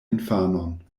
infanon